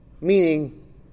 Meaning